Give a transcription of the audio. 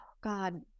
God